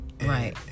Right